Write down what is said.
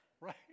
right